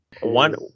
One